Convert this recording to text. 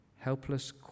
Helpless